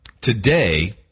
today